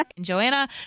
Joanna